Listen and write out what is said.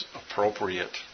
appropriate